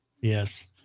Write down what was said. Yes